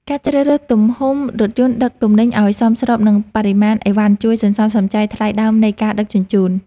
ការជ្រើសរើសទំហំរថយន្តដឹកទំនិញឱ្យសមស្របនឹងបរិមាណអីវ៉ាន់ជួយសន្សំសំចៃថ្លៃដើមនៃការដឹកជញ្ជូន។